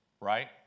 Right